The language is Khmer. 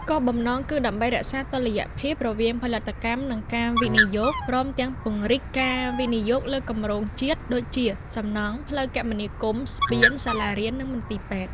គោលបំណងគឺដើម្បីរក្សាតុល្យភាពរវាងផលិតកម្ម និងការវិនិយោគ ព្រមទាំងពង្រីកការវិនិយោគលើគម្រោងជាតិដូចជា សំណង់ ផ្លូវគមនាគមន៍ ស្ពាន សាលារៀន និងមន្ទីរពេទ្យ។